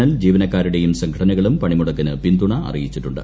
L ജീവനക്കാരുടെയും സംഘടനകളും പണിമുടക്കിന് പിന്തുണ അറിയിച്ചിട്ടുണ്ട്